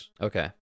Okay